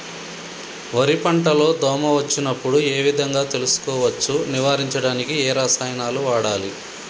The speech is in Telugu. వరి పంట లో దోమ వచ్చినప్పుడు ఏ విధంగా తెలుసుకోవచ్చు? నివారించడానికి ఏ రసాయనాలు వాడాలి?